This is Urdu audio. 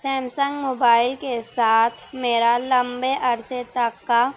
سیمسنگ موبائل کے ساتھ میرا لمبے عرصے تک کا